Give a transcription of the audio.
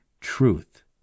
truth